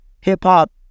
hip-hop